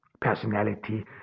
personality